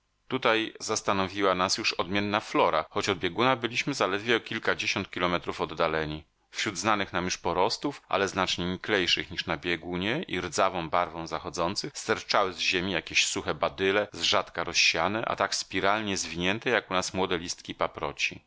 tutaj zastanowiła nas już odmienna flora choć od bieguna byliśmy zaledwie o kilkadziesiąt kilometrów oddaleni wśród znanych nam już porostów ale znacznie niklejszych niż na biegunie i rdzawą barwą zachodzących sterczały z ziemi jakieś suche badyle zrzadka rozsiane a tak spiralnie zwinięte jak u nas młode listki paproci